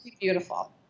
beautiful